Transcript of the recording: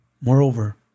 Moreover